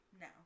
No